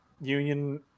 union